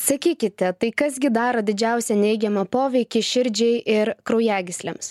sakykite tai kas gi daro didžiausią neigiamą poveikį širdžiai ir kraujagyslėms